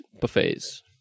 buffets